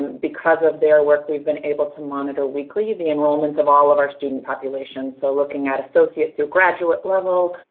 because of their work, we've been able to monitor weekly the enrollments of all of our student populations. so looking at associate through graduate level,